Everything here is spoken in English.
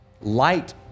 Light